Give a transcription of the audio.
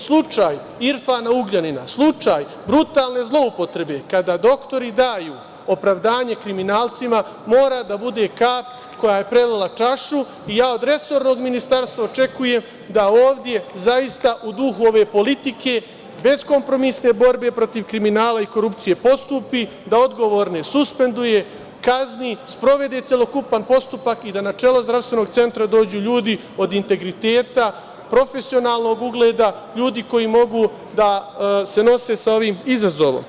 Slučaj Irfana Ugljanina, slučaj brutalne zloupotrebe kada doktori daju opravdanje kriminalcima mora da bude kap koja je prelila čašu i ja od resornog ministarstva očekujem da ovde zaista u duhu ove politike beskompromisne borbe protiv kriminala i korupcije postupi, da odgovorne suspenduje, kazni, sprovede celokupan postupak i da na čelo zdravstvenog centra dođu ljudi od integriteta, profesionalnog ugleda, ljudi koji mogu da se nose sa ovim izazovom.